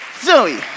Zoe